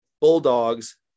Bulldogs